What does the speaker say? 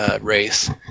Race